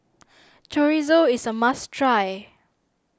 Chorizo is a must try